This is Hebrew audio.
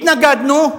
התנגדנו,